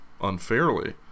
unfairly